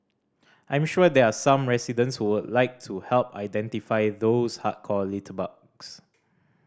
I'm sure there are some residents who would like to help identify those hardcore litterbugs